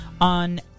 on